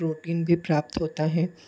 protein भी प्राप्त होता है